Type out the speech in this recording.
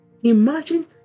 Imagine